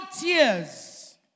tears